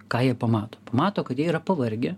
ką jie pamato pamato kad jie yra pavargę